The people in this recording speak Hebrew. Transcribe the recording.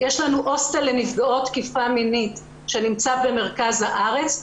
הוסטל לנפגעות תקיפה מינית שנמצא במרכז הארץ.